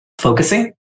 focusing